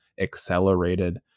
accelerated